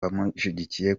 bamushigikiye